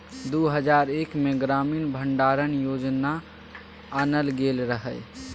दु हजार एक मे ग्रामीण भंडारण योजना आनल गेल रहय